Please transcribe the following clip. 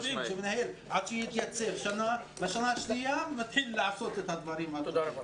עד שמנהל יתייצב שנה בשנה השנייה הוא מתחיל לעשות את הדברים הטובים.